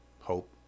hope